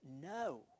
no